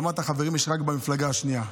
אמרת: חברים יש רק במפלגה השנייה.